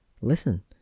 Listen